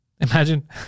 Imagine